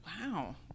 Wow